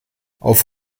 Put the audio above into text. auf